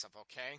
okay